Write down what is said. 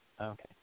Okay